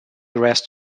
rest